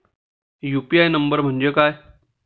UPI number म्हणजे काय?